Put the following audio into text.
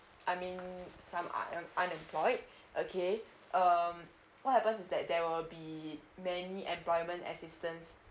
I mean some are un~ unemployed okay um what happen is that there will be many employment assistance